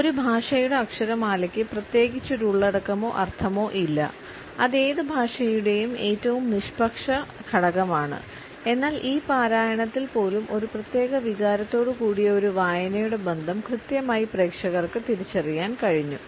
ഒരു ഭാഷയുടെ അക്ഷരമാലയ്ക്ക് പ്രത്യേകിച്ച് ഒരു ഉള്ളടക്കമോ അർത്ഥമോ ഇല്ല അത് ഏത് ഭാഷയുടെയും ഏറ്റവും നിഷ്പക്ഷ ഘടകമാണ് എന്നാൽ ഈ പാരായണത്തിൽ പോലും ഒരു പ്രത്യേക വികാരത്തോടുകൂടിയ ഒരു വായനയുടെ ബന്ധം കൃത്യമായി പ്രേക്ഷകർക്ക് തിരിച്ചറിയാൻ കഴിഞ്ഞു